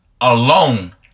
alone